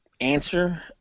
answer